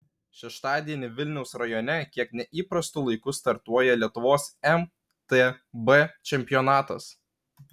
šeštadienį vilniaus rajone kiek neįprastu laiku startuoja lietuvos mtb čempionatas